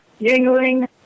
Yingling